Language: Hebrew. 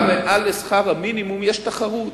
גם מעל לשכר המינימום יש תחרות.